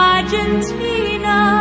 Argentina